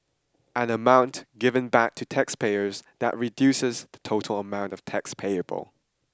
an amount given back to taxpayers that reduces the total amount of tax payable